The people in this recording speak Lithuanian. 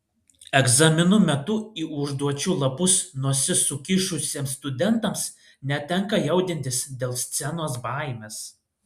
egzaminų metu į užduočių lapus nosis sukišusiems studentams netenka jaudintis dėl scenos baimės